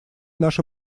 наши